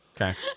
okay